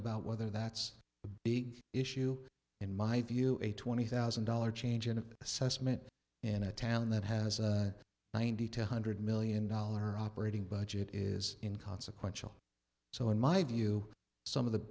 about whether that's a big issue in my view a twenty thousand dollars change in an assessment in a town that has a ninety to one hundred million dollar operating budget is in consequential so in my view some of the